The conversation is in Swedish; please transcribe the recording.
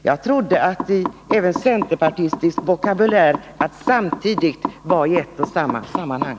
Jag trodde att ”samtidigt” även i centerpartistisk vokabulär var ”i ett och samma sammanhang”.